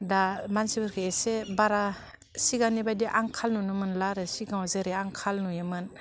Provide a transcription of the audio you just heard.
दा मानसिफोरखौ एसे बारा सिगांनि बायदि आंखाल नुनो मोनला आरो सिगाङाव जेरै आंखाल नुयोमोन